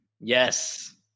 Yes